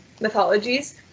mythologies